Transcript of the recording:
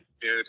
dude